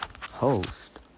host